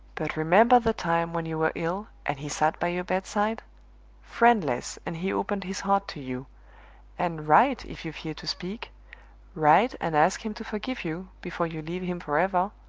but remember the time when you were ill, and he sat by your bedside friendless, and he opened his heart to you and write, if you fear to speak write and ask him to forgive you, before you leave him forever!